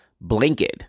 blanket